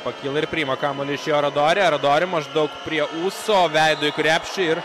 pakyla ir priima kamuolį iš jo radori radori maždaug prie ūso veidu į krepšį ir